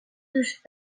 دوست